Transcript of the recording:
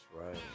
right